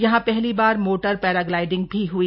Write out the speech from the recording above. यहां पहली बार मोटर पैराग्लाइडिंग भी हई